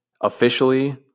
officially